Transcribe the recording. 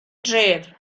dref